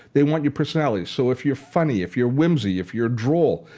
they want your personality so if you're funny, if you're whimsical, if you're droll,